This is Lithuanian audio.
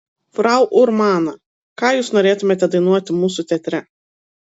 frau urmana ką jūs norėtumėte dainuoti mūsų teatre